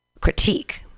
critique